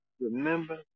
remember